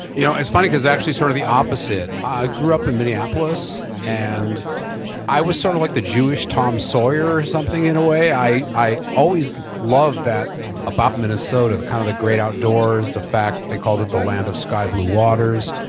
you know it's funny because actually sort of the opposite. i grew up in minneapolis and i was sort of like the jewish tom sawyer or something in a way. i i always love that about minnesota, kind of the great outdoors, the fact they called it the land of sky blue waters.